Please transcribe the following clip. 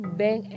bank